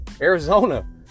Arizona